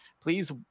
Please